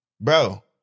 Bro